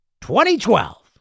2012